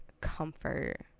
comfort